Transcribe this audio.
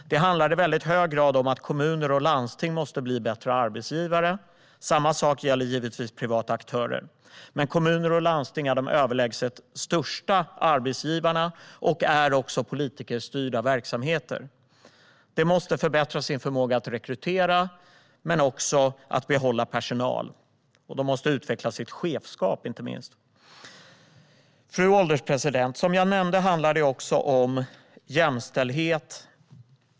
Det handlar i väldigt hög grad om att kommuner och landsting måste bli bättre arbetsgivare. Samma sak gäller givetvis privata aktörer, men kommuner och landsting är de överlägset största arbetsgivarna och är också politikerstyrda verksamheter. De måste förbättra sin förmåga att rekrytera men också att behålla personal. Inte minst måste de även utveckla sitt chefskap. Fru ålderspresident! Som jag nämnde handlar det också om jämställdhet.